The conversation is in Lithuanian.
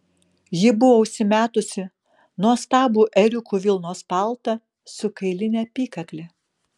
ji buvo užsimetusi nuostabų ėriukų vilnos paltą su kailine apykakle